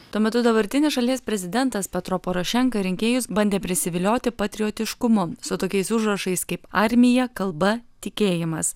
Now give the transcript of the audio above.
tuo metu dabartinis šalies prezidentas petro porošenka rinkėjus bandė prisivilioti patriotiškumu su tokiais užrašais kaip armija kalba tikėjimas